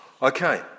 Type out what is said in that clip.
Okay